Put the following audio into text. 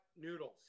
Noodles